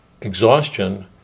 exhaustion